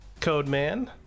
Codeman